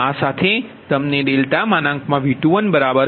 આ સાથે તમને ∆ V21 0